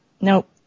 Nope